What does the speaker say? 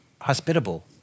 hospitable